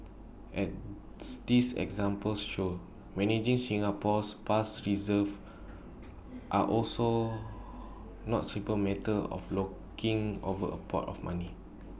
as these examples show managing Singapore's past reserve are also not simply matter of looking over A pot of money